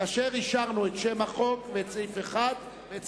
כאשר אישרנו את שם החוק ואת סעיף 1 ואת